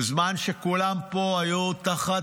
בזמן שכולם פה היו תחת,